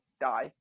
die